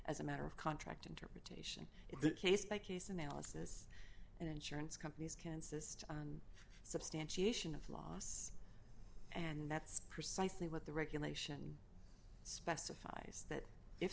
as a matter of contract interpretation in the case by case analysis and insurance companies can cyst on substantiation of loss and that's precisely what the regulation specifies that if